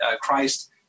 Christ